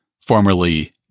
formerly